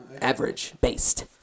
average-based